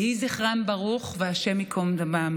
יהי זכרן ברוך והשם ייקום דמן.